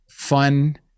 Fun